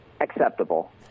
acceptable